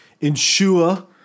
ensure